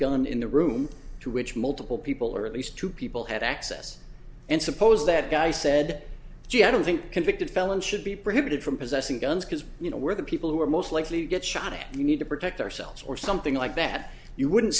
gun in the room to which multiple people or at least two people had access and suppose that guy said gee i don't think convicted felons should be prohibited from possessing guns because you know where the people who are most likely to get shot if you need to protect ourselves or something like that you wouldn't